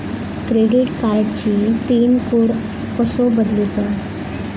Credit कार्डची pin code कसो बदलुचा?